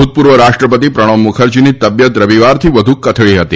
ભૂતપૂર્વ રાષ્ટ્રપતિ પ્રણવ મુખરજીની તબિયત રવિવારથી વધુ કથળી હતી